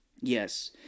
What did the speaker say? Yes